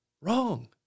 Wrong